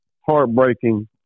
heartbreaking